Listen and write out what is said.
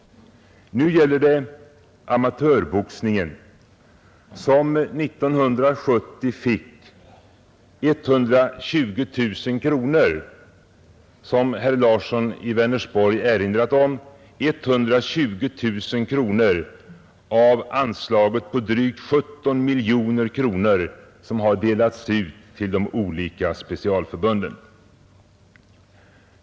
Nu gäller det amatörboxningen, som 1970 fick 120 000 kronor — herr Larsson i Vänersborg har erinrat om det — av ett anslag på drygt 17 miljoner kronor som delats ut till de olika specialförbunden.